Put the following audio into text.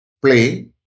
play